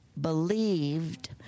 believed